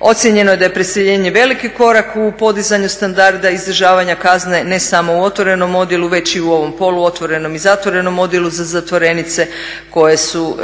Ocjenjeno je da je preseljenje veliki korak u podizanju standarda izdržavanja kazne ne samo u otvorenom odjelu već i u ovom poluotvorenom i zatvorenom odjelu za zatvorenice koje su